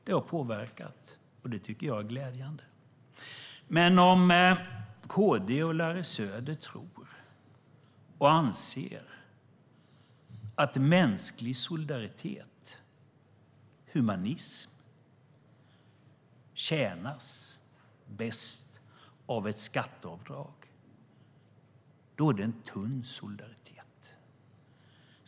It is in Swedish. Det har påverkat, och det är glädjande. Om KD och Larry Söder tror att mänsklig solidaritet, humanism, tjänas bäst av ett skatteavdrag är det en tunn solidaritet.